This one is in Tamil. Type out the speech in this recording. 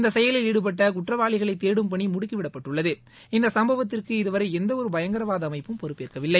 இந்த செயலில் ஈடுபட்ட குற்றவாளிகளை தேடும் பணி முடுக்கிவிடப்பட்டுள்ளது இந்த சுப்பவத்திற்கு இதுவரை எந்த ஒரு பயங்கரவாத அமைப்பும் பொறுப்பேற்கவில்லை